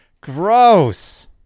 gross